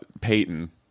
Peyton